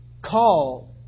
Call